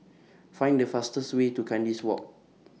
Find The fastest Way to Kandis Walk